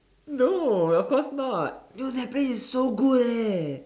no of course not it was that place is so good eh